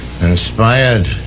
inspired